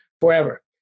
forever